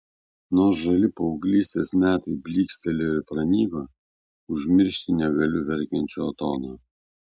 nors žali paauglystės metai blykstelėjo ir pranyko užmiršti negaliu verkiančio otono